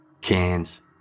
cans